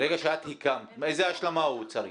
ברגע שאת הקמת, איזו השלמה הוא צריך?